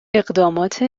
اقدامات